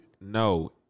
No